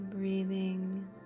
Breathing